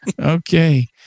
Okay